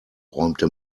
räumte